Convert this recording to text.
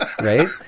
right